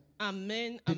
Amen